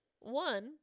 One